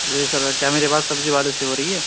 ارے sir کیا میری بات سبزی والے سے ہو رہی ہے